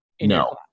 No